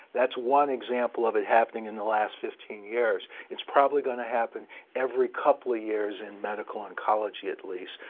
that's one example of it happening in the last fifteen years. it's probably going to happen every couple of years in medical oncology, at least,